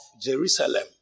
Jerusalem